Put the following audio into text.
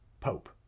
Pope